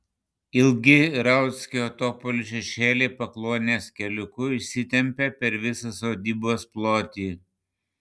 ilgi rauckio topolių šešėliai pakluonės keliuku išsitempia per visą sodybos plotį